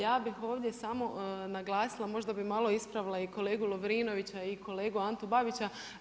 Ja bih ovdje samo naglasila, možda bi malo ispravila i kolegu Lovrinovića i kolegu Antu Babića.